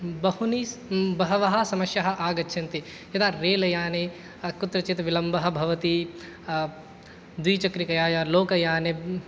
बहुनि बहवः समस्याः आगच्छन्ति यदा रेल याने कुत्रचित् विलम्बः भवति द्विचक्रिकया लोकयाने